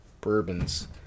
bourbons